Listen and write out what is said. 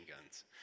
guns